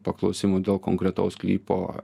paklausimų dėl konkretaus sklypo